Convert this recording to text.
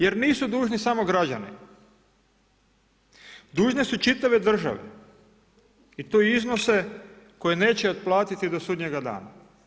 Jer nisu dužni samo građani, dužni su čitave države i to iznose koje neće otplatiti do sudnjega dana.